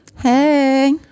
Hey